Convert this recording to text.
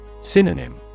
Synonym